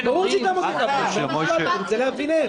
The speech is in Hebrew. --- ברור שהיא תעמוד ריקה --- אני רוצה להבין איך.